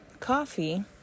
coffee